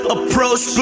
Approach